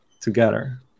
together